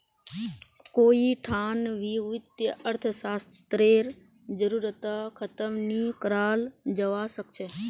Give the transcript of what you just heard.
कोई ठान भी वित्तीय अर्थशास्त्ररेर जरूरतक ख़तम नी कराल जवा सक छे